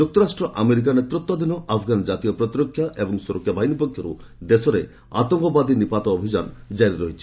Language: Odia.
ଯୁକ୍ତରାଷ୍ଟ୍ର ଆମେରିକା ନେତୃତ୍ୱାଧୀନ ଆଫଗାନ କାତୀୟ ପ୍ରତିରକ୍ଷା ଏବଂ ସୁରକ୍ଷା ବାହିନୀ ପକ୍ଷର ଦେଶରେ ଆତଙ୍କବାଦୀ ନିପାତ ଅଭିଯାନ ଜାରି ରହିଛି